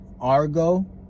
Argo